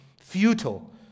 futile